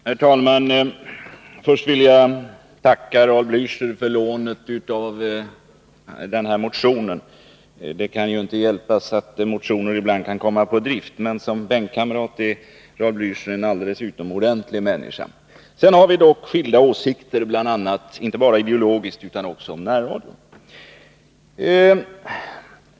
Herr talman! Först vill jag tacka Raul Blächer för lånet av denna motion. Det kan inte hjälpas att motioner ibland kommer på drift. Och såsom bänkkamrat är Raul Blächer en alldeles utomordentlig människa. Dock har vi skilda åsikter, inte bara ideologiskt utan även beträffande närradion.